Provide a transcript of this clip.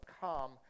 come